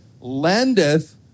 lendeth